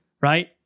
right